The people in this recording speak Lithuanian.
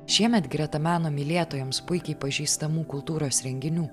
šiemet greta meno mylėtojams puikiai pažįstamų kultūros renginių